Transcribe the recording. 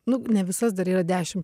nu ne visas dar yra dešim